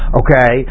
okay